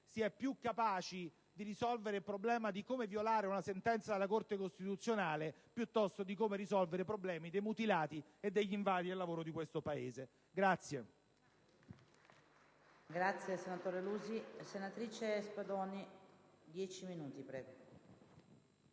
si è più capaci di risolvere il problema di come violare una sentenza della Corte costituzionale, piuttosto che quello di far fronte ai problemi dei mutilati e degli invalidi del lavoro di questo Paese.